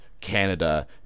Canada